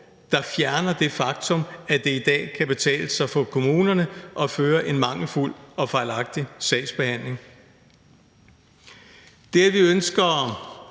som fjerner det faktum, at det i dag kan betale sig for kommunerne at føre en mangelfuld og fejlagtig sagsbehandling.